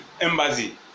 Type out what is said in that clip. Embassy